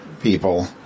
people